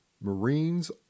Marines